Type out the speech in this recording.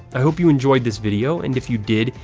i hoped you enjoyed this video, and if you did,